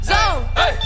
Zone